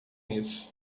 isso